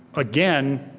again,